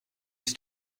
ist